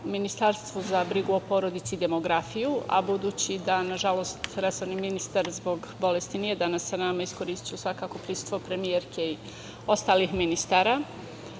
Ministarstvu za brigu o porodici i demografiju, a budući da, nažalost, resorni ministar, zbog bolesti, nije danas sa nama, iskoristiću svakako prisustvo premijerke i ostalih ministara. Naime,